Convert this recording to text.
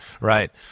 right